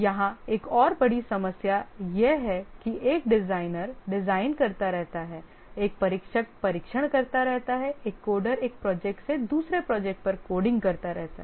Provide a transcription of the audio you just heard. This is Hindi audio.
यहाँ एक और बड़ी समस्या यह है कि एक डिज़ाइनर डिज़ाइन करता रहता है एक परीक्षक परीक्षण करता रहता है एक कोडर एक प्रोजेक्ट से दूसरे प्रोजेक्ट पर कोडिंग करता रहता है